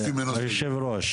היושב ראש,